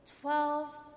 twelve